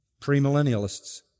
premillennialists